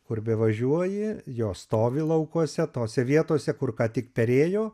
kur bevažiuoji jos stovi laukuose tose vietose kur ką tik perėjo